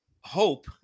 hope